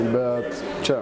bet čia